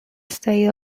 stay